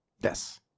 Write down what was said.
yes